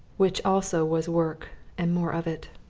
which also was work and more of it.